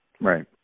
Right